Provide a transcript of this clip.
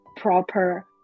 proper